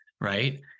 right